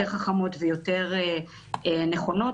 יותר חכמות ויותר נכונות,